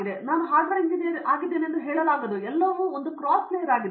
ಇಂದಿನಿಂದ ನಾನು hardware engineer ಆಗಿದ್ದೇನೆಂದು ಹೇಳಲಾಗದು ಎಲ್ಲವೂ ಇಂದು ಕ್ರಾಸ್ ಲೇಯರ್ ಆಗಿದೆ